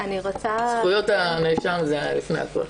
זכויות הנאשם זה לפני הכול.